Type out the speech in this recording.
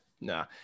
nah